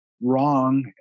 wrong